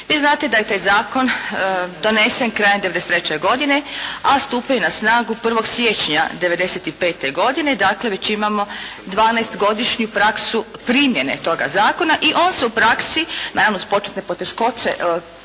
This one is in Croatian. Vi znate da je taj zakon donesen krajem '93. godine, a stupaju na snagu 1. siječnja '95. godine. Dakle, već imamo dvanaest godišnju praksu primjene toga zakona i on se u praksi naravno uz početne poteškoće